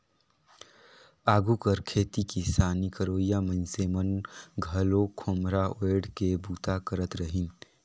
आघु कर खेती किसानी करोइया मइनसे मन घलो खोम्हरा ओएढ़ के बूता करत रहिन